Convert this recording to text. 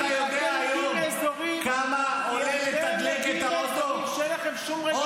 אתה יודע כמה עולה היום שיעור שחייה במדינת ישראל?